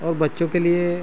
और बच्चों के लिए